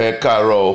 caro